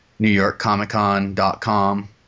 newyorkcomiccon.com